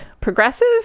progressive